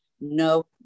no